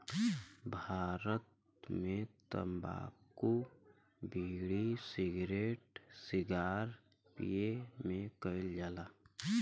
भारत मे तम्बाकू बिड़ी, सिगरेट सिगार पिए मे कइल जाला